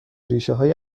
ریشههای